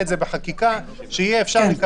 התיקונים: התיקון הראשון שמחיל איזשהו הסדר של ממוצעים על